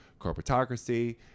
corporatocracy